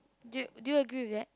do you do you agree with that